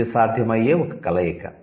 ఇది సాధ్యమయ్యే ఒక కలయిక